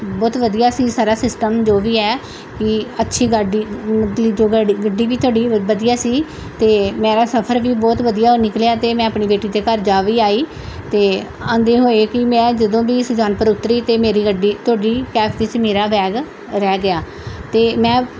ਬਹੁਤ ਵਧੀਆ ਸੀ ਸਾਰਾ ਸਿਸਟਮ ਜੋ ਵੀ ਹੈ ਵੀ ਅੱਛੀ ਗੱਡੀ ਮਤਲਬ ਕਿ ਜੋ ਗੱਡੀ ਗੱਡੀ ਵੀ ਤੁਹਾਡੀ ਵਧੀਆ ਸੀ ਅਤੇ ਮੇਰਾ ਸਫਰ ਵੀ ਬਹੁਤ ਵਧੀਆ ਨਿਕਲਿਆ ਅਤੇ ਮੈਂ ਆਪਣੀ ਬੇਟੀ ਦੇ ਘਰ ਜਾ ਵੀ ਆਈ ਅਤੇ ਆਉਂਦੇ ਹੋਏ ਕਿ ਮੈਂ ਜਦੋਂ ਵੀ ਸੁਜਾਨਪੁਰ ਉੱਤਰੀ ਅਤੇ ਮੇਰੀ ਗੱਡੀ ਤੁਹਾਡੀ ਕੈਬ ਵਿੱਚ ਮੇਰਾ ਬੈਗ ਰਹਿ ਗਿਆ ਅਤੇ ਮੈਂ